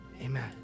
Amen